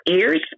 ears